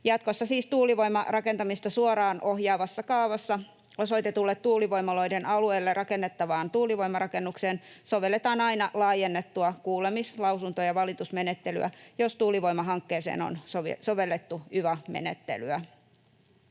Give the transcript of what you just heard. Jatkossa siis tuulivoimarakentamista suoraan ohjaavassa kaavassa osoitetulle tuulivoimaloiden alueelle rakennettavaan tuulivoimarakennukseen sovelletaan aina laajennettua kuulemis‑, lausunto- ja valitusmenettelyä, jos tuulivoimahankkeeseen on sovellettu yva-menettelyä.